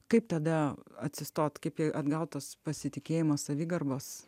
kaip tada atsistoti kaip atgautos pasitikėjimo savigarbos